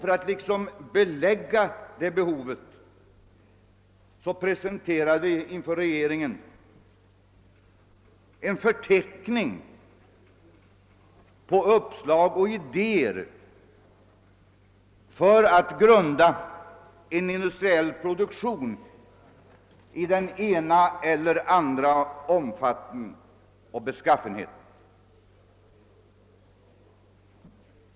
För att styrka det behovet presenterade vi inför regeringen en förteckning på uppslag och idéer för att grunda en industriell produktion av den ena eller andra beskaffenheten och omfattningen.